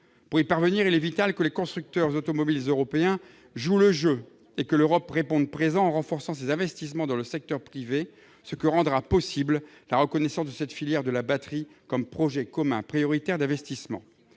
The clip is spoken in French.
Pour y parvenir, il est vital que les constructeurs automobiles européens jouent le jeu et que l'Europe réponde présent en renforçant ses investissements dans le secteur privé, ce que rendra possible la reconnaissance de cette filière comme projet commun prioritaire d'investissements.